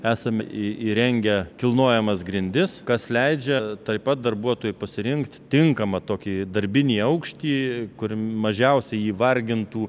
esam įrengę kilnojamas grindis kas leidžia taip pat darbuotojui pasirinkti tinkamą tokį darbinį aukštį kur mažiausiai jį vargintų